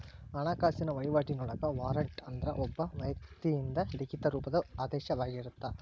ಹಣಕಾಸಿನ ವಹಿವಾಟಿನೊಳಗ ವಾರಂಟ್ ಅಂದ್ರ ಒಬ್ಬ ವ್ಯಕ್ತಿಯಿಂದ ಲಿಖಿತ ರೂಪದ ಆದೇಶವಾಗಿರತ್ತ